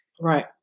Right